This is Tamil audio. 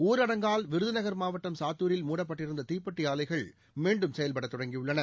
ஊரடங்கால் விருதுநகர் மாவட்டம் சாத்தூரில் மூடப்பட்டிருந்த தீப்பெட்டி ஆலைகள் மீண்டும் செயல்படத் தொடங்கியுள்ளன